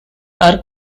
are